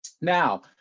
Now